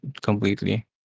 completely